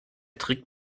trick